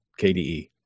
KDE